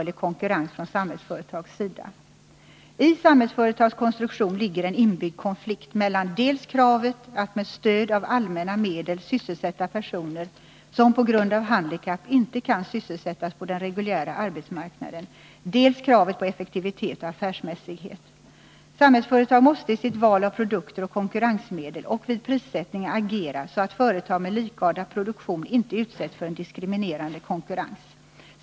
I Samhällsföretags konstruktion ligger en inbyggd konflikt mellan dels kravet att med stöd av allmänna medel sysselsätta personer som på grund av handikapp inte kan sysselsättas på den reguljära arbetsmarknaden, dels kravet på effektivitet och affärsmässighet. Samhällsföretag måste i sitt val av produkter och konkurrensmedel och vid prissättningen agera så att företag med likartad produktion inte utsätts för en diskriminerande konkurrens.